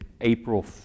April